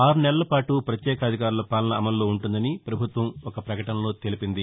ఆరు నెలల పాటు ప్రత్యేకాధికారుల పాలన అమల్లో ఉంటుందని ప్రభుత్వం ఒక ప్రకటనలో తెలిపింది